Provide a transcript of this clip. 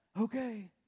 Okay